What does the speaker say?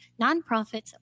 nonprofits